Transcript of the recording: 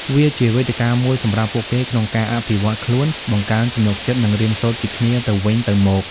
វាជាវេទិកាមួយសម្រាប់ពួកគេក្នុងការអភិវឌ្ឍខ្លួន បង្កើនទំនុកចិត្ត និងរៀនសូត្រពីគ្នាទៅវិញទៅមក។